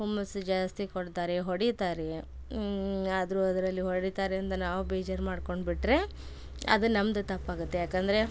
ಹುಮ್ಮಸ್ಸು ಜಾಸ್ತಿ ಕೊಡ್ತಾರೆ ಹೊಡೀತಾರೆ ಆದರೂ ಅದರಲ್ಲಿ ಹೊಡಿತಾರೆ ಎಂದು ನಾವು ಬೇಜಾರು ಮಾಡಿಕೊಂಡ್ಬಿಟ್ರೆ ಅದು ನಮ್ದು ತಪ್ಪಾಗುತ್ತೆ ಯಾಕಂದರೆ